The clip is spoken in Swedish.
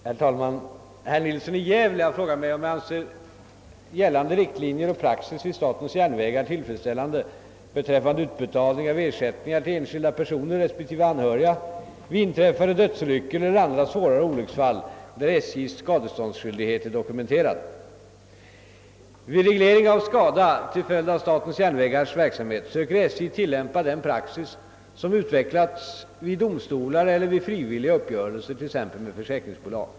Herr talman! Herr Nilsson i Gävle har frågat mig om jag anser gällande riktlinjer och praxis vid statens järnvägar tillfredsställande beträffande utbetalning av ersättningar till enskilda personer respektive anhöriga vid inträffade dödsolyckor eller andra svårare olycksfall där SJ:s skadeståndsskyldighet är dokumenterad. Vid reglering av skada till följd av statens järnvägars verksamhet söker SJ tillämpa den praxis som utvecklats vid domstolar eller vid frivilliga uppgö relser, t.ex. med försäkringsbolag.